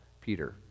Peter